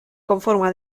conforma